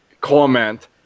comment